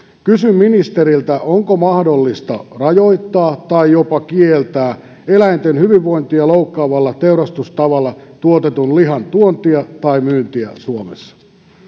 kysyn ministeriltä onko mahdollista rajoittaa tai jopa kieltää eläinten hyvinvointia loukkaavalla teurastustavalla tuotetun lihan tuontia tai myyntiä suomessa